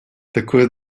такое